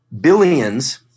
billions